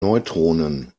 neutronen